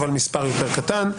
אבל מספר יותר קטן,